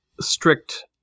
strict